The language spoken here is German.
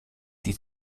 die